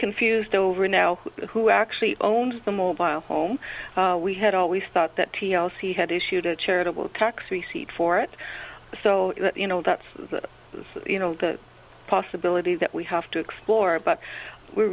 confused over now who actually owns the mobile home we had always thought that t l c had issued a charitable tax receipt for it so you know that's you know the possibility that we have to explore but we're